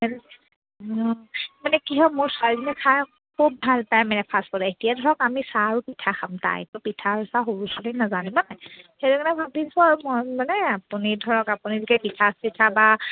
মানে কি হয় মোৰ ছোৱালীজনীয়ে খাই খুব ভাল পায় মানে ফাষ্টফুড এতিয়া ধৰক আমি চাহ আৰু পিঠা খাম তাইটো পিঠা আৰু চাহ সৰু ছোৱালী নাজানিবনে সেইটো কাৰণে ভাবিছোঁ আৰু মই মানে আপুনি ধৰক আপোনালোকে পিঠা চিঠা বা